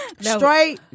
Straight